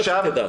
רק שתדע.